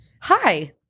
Hi